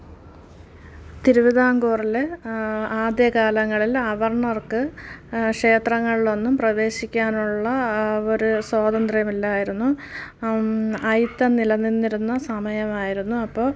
തിരുവിതാങ്കൂറിൽ ആദ്യ കാലങ്ങളിൽ അവർണ്ണർക്ക് ക്ഷേത്രങ്ങളിലൊന്നും പ്രവേശിയ്ക്കാനുള്ള ആ ഒരു സ്വാതന്ത്ര്യമില്ലായിരുന്നു ഐത്തം നില നിന്നിരുന്ന സമയമായിരുന്നു അപ്പോൾ